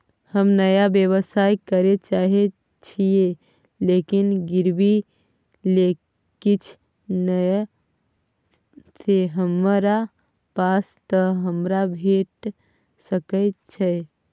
हम नया व्यवसाय करै चाहे छिये लेकिन गिरवी ले किछ नय ये हमरा पास त हमरा भेट सकै छै?